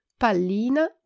pallina